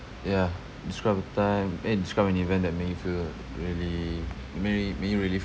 yeah describe a time eh describe an event that made you feel really that made rea~ made you really feel